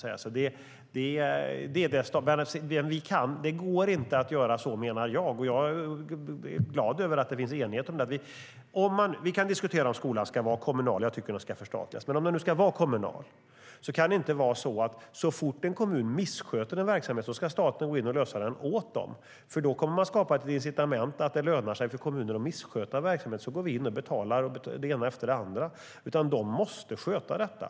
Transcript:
Jag är glad över att det finns enighet här. Vi kan diskutera om skolan ska vara kommunal - jag tycker att den ska förstatligas. Men om den nu ska vara kommunal kan det inte vara så att staten, så fort en kommun missköter verksamheten, går in och klarar den åt dem, för då kommer det att skapa ett incitament, att det lönar sig för kommunen att missköta en verksamhet genom att vi går in och betalar det ena efter det andra, utan kommunerna måste sköta detta.